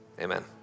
amen